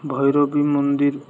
ଭୈରବୀ ମନ୍ଦିର